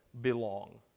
belong